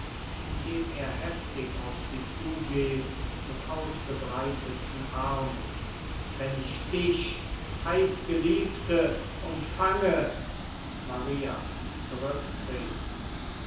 indem er heftig auf sie zugeht mit ausgebreiteten armen wenn ich dich heißgeliebte umfange maria zurücktretend unsinniger zurück